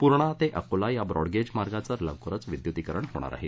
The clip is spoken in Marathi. पूर्णा ते अकोला या ब्रॉडगेज मार्गाचं लवकरच विद्युतीकरण होणार आहे